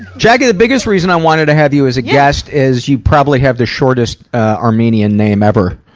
jackie, the biggest reason i wanted to have you as a guest, is, you probably have the shortest armenian name ever.